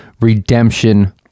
redemption